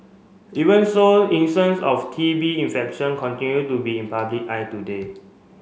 even so of T B infection continue to be in public eye today